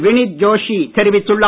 வினித் ஜோஷி தெரிவித்துள்ளார்